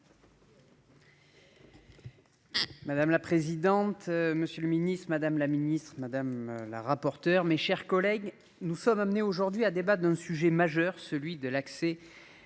Madame la présidente. Monsieur le Ministre, Madame la Ministre Madame la rapporteure, mes chers collègues, nous sommes amenés aujourd'hui à débat d'un sujet majeur, celui de l'accès.